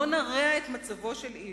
לא נרע את מצבו של איש,